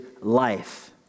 life